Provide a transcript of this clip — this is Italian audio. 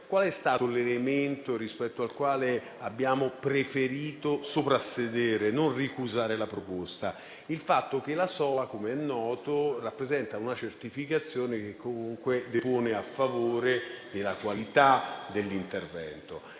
validazione. L'elemento rispetto al quale abbiamo preferito soprassedere sulla proposta (e non ricusarla) è il fatto che la SOA, com'è noto, rappresenta una certificazione che comunque depone a favore della qualità dell'intervento.